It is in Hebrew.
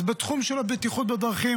בתחום של הבטיחות בדרכים,